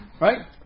Right